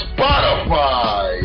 Spotify